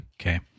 Okay